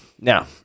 Now